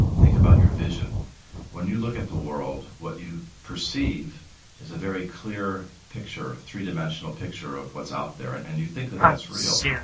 think about your vision when you look at the world what you perceive is a very clear picture, a three dimensional picture of what's out there and and you think that that's real.